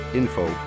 info